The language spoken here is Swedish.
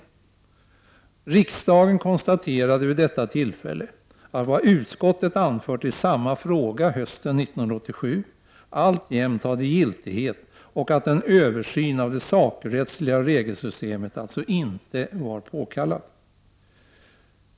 Riksdagen konstaterade vid detta tillfälle att vad utskottet anfört i samma fråga hösten 1987 alltjämt hade giltighet och att en översyn av det sakrättsliga regelsystemet alltså inte var påkallad.